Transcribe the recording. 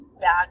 bad